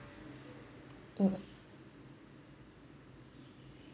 mm